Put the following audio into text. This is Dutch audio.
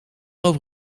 over